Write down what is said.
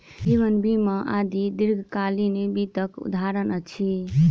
जीवन बीमा आदि दीर्घकालीन वित्तक उदहारण अछि